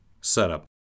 Setup